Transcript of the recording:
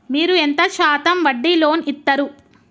మీరు ఎంత శాతం వడ్డీ లోన్ ఇత్తరు?